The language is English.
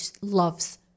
loves